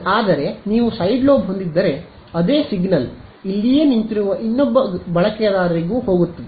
ಆದರೆ ನೀವು side lobe ಹೊಂದಿದ್ದರೆ ಅದೇ ಸಿಗ್ನಲ್ ಇಲ್ಲಿಯೇ ನಿಂತಿರುವ ಇನ್ನೊಬ್ಬ ಬಳಕೆದಾರರಿಗೂ ಹೋಗುತ್ತದೆ